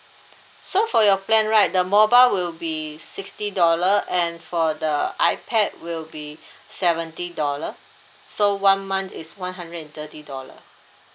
so for your plan right the mobile will be sixty dollar and for the ipad will be seventy dollar so one month is one hundred and thirty dollars